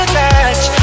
touch